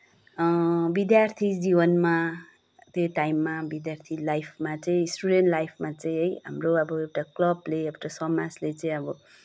विद्यार्थी जीवनमा त्यो टाइममा विद्यार्थी लाइफमा चाहिँ स्टुडेन्ट लाइफमा चाहिँ है हाम्रो एउटा क्लबले एउटा समाजले चाहिँ अब